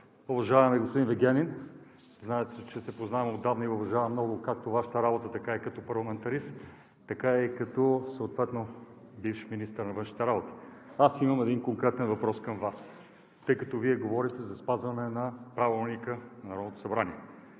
уважаеми господин Вигенин! Знаете, че се познаваме отдавна и Ви уважавам много – както Вашата работа, така и като парламентарист, така и съответно като бивш министър на външните работи. Аз имам един конкретен въпрос към Вас, тъй като Вие говорехте за спазване на Правилника на Народното събрание.